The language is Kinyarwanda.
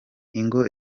ingo